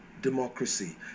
democracy